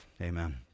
Amen